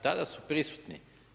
Tada su prisutni.